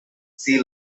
see